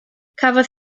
cafodd